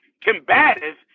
combative